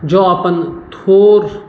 जँ अपन थोड़